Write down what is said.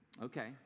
Okay